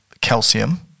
calcium